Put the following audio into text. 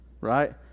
right